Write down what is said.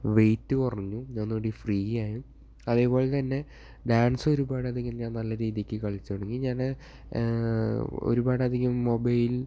wait കുറഞ്ഞു ഞാൻ ഒന്നുകൂടി ഫ്രീ ആയി അതേപോലെ തന്നെ ഡാൻസ് ഒരുപാടധികം ഞാൻ നല്ല രീതിക്ക് കളിച്ചു തുടങ്ങി ഞാൻ ഒരുപാട് അധികം മൊബൈൽ